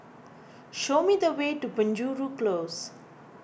show me the way to Penjuru Close